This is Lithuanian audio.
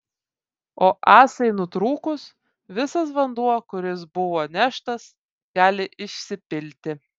o ąsai nutrūkus visas vanduo kuris buvo neštas gali išsipilti